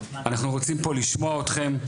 אנחנו רוצים פה לשמוע אתכם,